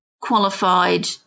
qualified